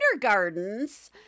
gardens